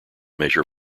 measure